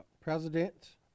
president